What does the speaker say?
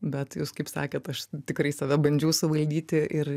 bet jūs kaip sakėt aš tikrai save bandžiau suvaldyti ir